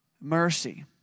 mercy